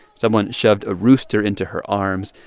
someone shoved a rooster into her arms.